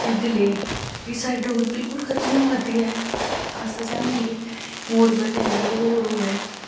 इंदे लेई कि साढ़ी डोगरी बिल्कुल खत्म होआ दी ऐ अस ते चाहन्ने कि होर बधै एह् होर होवे